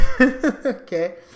okay